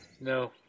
No